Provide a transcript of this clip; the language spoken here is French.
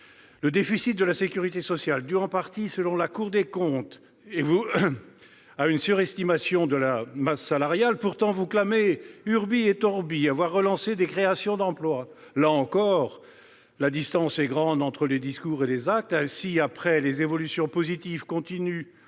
Le déficit de la sécurité sociale est dû en partie, selon la Cour des comptes ... et vous, à une surestimation de la masse salariale. Pourtant, vous clamez avoir relancé les créations d'emplois. Là encore, la distance est grande entre le discours et les actes. Ainsi, après des évolutions positives continues,